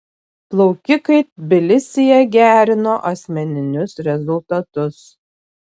plaukikai tbilisyje gerino asmeninius rezultatus